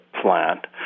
plant